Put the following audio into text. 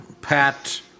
pat